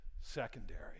secondary